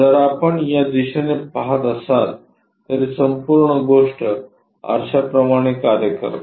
जर आपण या दिशेने पहात असाल तर ही संपूर्ण गोष्ट आरशाप्रमाणे कार्य करते